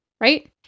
right